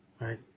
Right